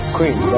Queen